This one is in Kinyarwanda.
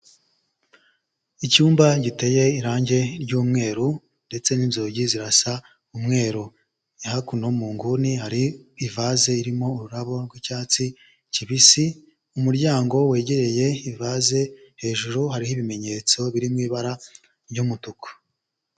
Icyumba giteye irange ry'umweru ndetse n'inzugi zirasa umweru, hakuno mu nguni hari ivaze irimo ururabo rw'icyatsi kibisi, mu muryango wegereye ivaze hejuru hariho ibimenyetso biri mu ibara ry'umutuku.